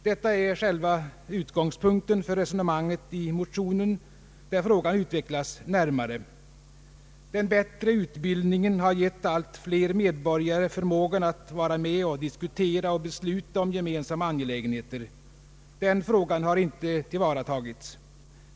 Detta är själva utgångspunkten för resonemanget i motionen, där frågan utvecklas närmare: ”Den bättre utbildningen har givit allt fler medborgare förmåga att vara med och diskutera och besluta om gemensamma angelägenheter. Den möjligheten har inte tillvaratagits.